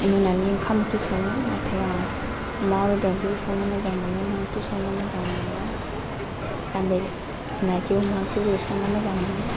मोनानि ओंखाम ओंख्रि सङो नाथाय आं अमा बेदर ओंख्रिखौ संनो मोजां मोनो ना ओंख्रि संनो मोजां मोनो आरो नारजि अमा ओंख्रिफोरखौ संनो मोजां मोनो